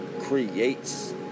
creates